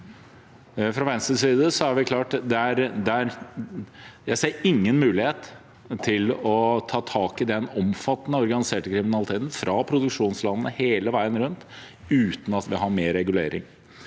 er det klart: Jeg ser ingen mulighet til å ta tak i den omfattende organiserte kriminaliteten, fra produksjonslandene og hele veien rundt, uten at vi har mer regulering.